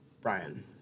Brian